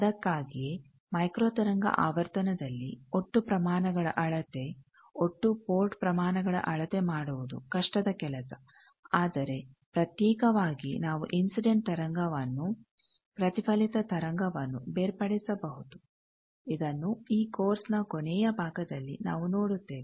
ಅದಕ್ಕಾಗಿಯೇ ಮೈಕ್ರೋ ತರಂಗ ಆವರ್ತನದಲ್ಲಿ ಒಟ್ಟು ಪ್ರಮಾಣಗಳ ಅಳತೆ ಒಟ್ಟು ಪೋರ್ಟ್ ಪ್ರಮಾಣಗಳ ಅಳತೆ ಮಾಡುವುದು ಕಷ್ಟದ ಕೆಲಸ ಆದರೆ ಪ್ರತ್ಯೇಕವಾಗಿ ನಾವು ಇನ್ಸಿಡೆಂಟ್ ತರಂಗವನ್ನು ಪ್ರತಿಫಲಿತ ತರಂಗವನ್ನು ಬೇರ್ಪಡಿಸಬಹುದು ಇದನ್ನು ಈ ಕೋರ್ಸ್ನ ಕೊನೆಯ ಭಾಗದಲ್ಲಿ ನಾವು ನೋಡುತ್ತೇವೆ